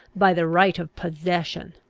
by the right of possession.